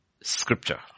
scripture